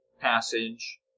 passage